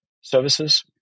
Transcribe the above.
services